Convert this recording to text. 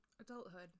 Adulthood